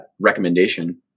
recommendation